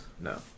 No